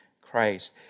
Christ